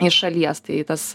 iš šalies tai tas